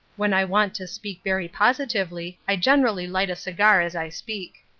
when i want to speak very positively, i generally light a cigar as i speak.